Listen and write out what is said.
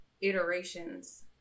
iterations